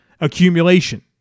accumulation